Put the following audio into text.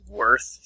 worth